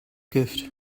gift